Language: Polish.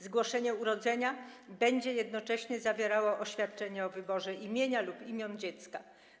Zgłoszenie urodzenia będzie jednocześnie zawierało oświadczenie o wyborze imienia lub imion dziecka.